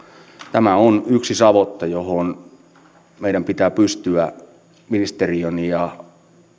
tämä on yksi savotta johon meidän pitää pystyä ministeriön ja